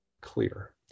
clear